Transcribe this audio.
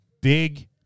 big